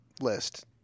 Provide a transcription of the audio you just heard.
list